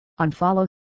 unfollow